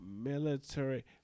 military